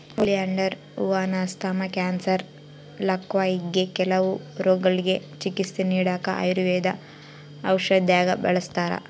oleander ಹೂವಾನ asthma, cancer, ಲಕ್ವಾ ಹಿಂಗೆ ಕೆಲವು ರೋಗಗುಳ್ಗೆ ಚಿಕಿತ್ಸೆ ನೀಡಾಕ ಆಯುರ್ವೇದ ಔಷದ್ದಾಗ ಬಳುಸ್ತಾರ